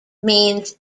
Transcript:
means